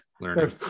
learning